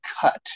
cut